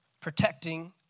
protecting